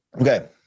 Okay